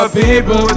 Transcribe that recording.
people